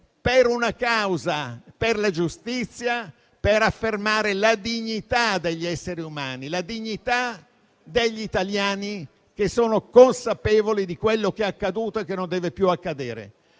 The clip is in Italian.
per una causa, per la giustizia, per affermare la dignità degli esseri umani, la dignità degli italiani che sono consapevoli di quello che è accaduto e che non deve più accadere.